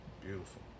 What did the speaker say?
Beautiful